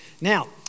Now